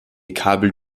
kabel